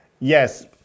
Yes